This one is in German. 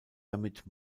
damit